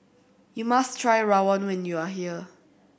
you must try rawon when you are here